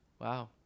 wow